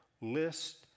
list